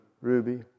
Ruby